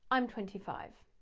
i'm twenty five.